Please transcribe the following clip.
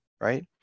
right